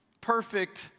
perfect